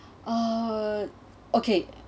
uh okay